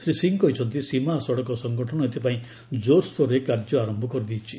ଶ୍ରୀ ସିଂ କହିଛନ୍ତି ସୀମା ସଡ଼କ ସଂଗଠନ ଏଥିପାଇଁ ଜୋର୍ସୋରରେ କାର୍ଯ୍ୟ ଆରମ୍ଭ କରିଦେଇଛି